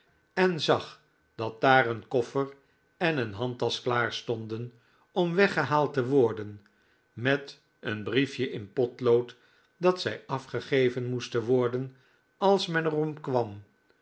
en zag dat daar een koffer en een handtasch klaar stonden om weggehaald te worden met een briefje in potlood dat zij afgegeven moesten worden als men er